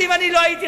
מה זה רלוונטי?